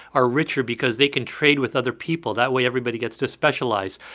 are richer because they can trade with other people. that way, everybody gets to specialize.